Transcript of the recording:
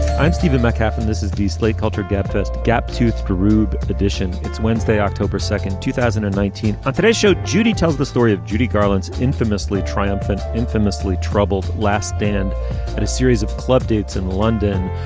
i'm stephen metcalf and this is the slate culture gabfest. gap toothed rube edition. it's wednesday october second two thousand and nineteen. on today's show judy tells the story of judy garland's infamously triumphant infamously troubled last stand at a series of club dates in london.